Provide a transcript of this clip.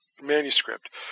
Manuscript